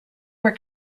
were